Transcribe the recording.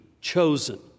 chosen